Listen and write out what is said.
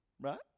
right